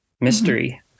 mystery